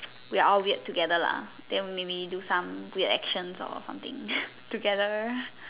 we're all weird together lah then when we maybe do some weird actions or something together